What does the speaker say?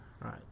right